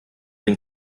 den